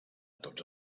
tots